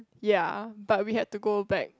ya but we had to go back